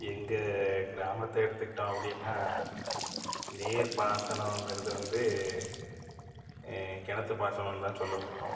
எங்கள் கிராமத்தை எடுத்துக்கிட்டோம் அப்படின்னா நீர் பாசனங்கிறது வந்து கிணத்து பாசனம்னு தான் சொல்ல முடியும்